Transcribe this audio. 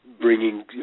bringing